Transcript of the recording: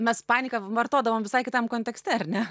mes paniką vartodavom visai kitam kontekste ar ne